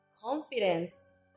confidence